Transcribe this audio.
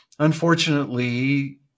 Unfortunately